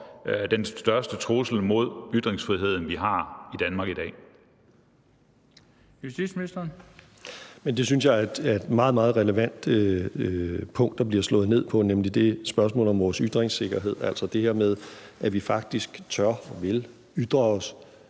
(Bent Bøgsted): Justitsministeren. Kl. 13:43 Justitsministeren (Nick Hækkerup): Det synes jeg er et meget, meget relevant punkt, der bliver slået ned på, nemlig det spørgsmål om vores ytringssikkerhed, altså det her med, at vi faktisk tør og vil ytre os